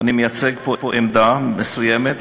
אני מייצג פה עמדה מסוימת,